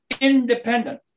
independent